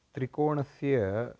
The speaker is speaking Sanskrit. त्रिकोणस्य